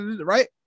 right